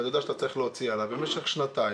ואתה יודע שאתה שצריך להוציא עליו במשך שנתיים,